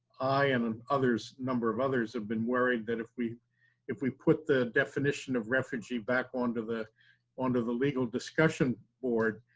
i and um a number of others have been worried that if we if we put the definition of refugee back onto the onto the legal discussion board,